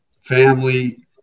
family